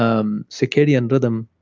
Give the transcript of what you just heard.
um circadian rhythm